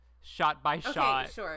shot-by-shot